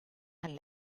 and